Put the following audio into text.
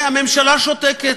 והממשלה שותקת.